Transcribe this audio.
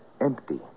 Empty